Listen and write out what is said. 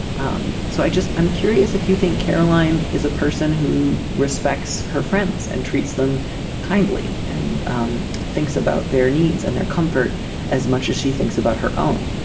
um so i just i'm curious if you think caroline is a person who respects her friends and treats them kindly and um thinks about their needs and their comfort as much as she thinks about her own.